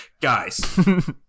Guys